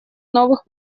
новых